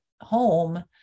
home